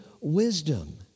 wisdom